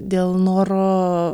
dėl noro